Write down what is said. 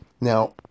Now